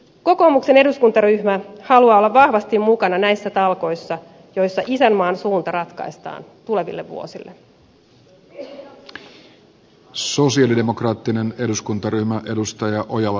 kokoomuksen eduskuntaryhmä haluaa olla vahvasti mukana näissä talkoissa joissa isänmaan suunta ratkaistaan tuleville vuosille